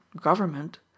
government